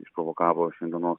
išprovokavo šiandienos